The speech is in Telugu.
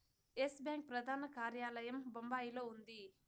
ఎస్ బ్యాంకు ప్రధాన కార్యాలయం బొంబాయిలో ఉంది